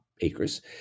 acres